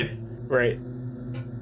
right